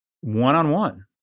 one-on-one